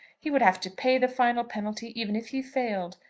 he would have to pay the final penalty even if he failed.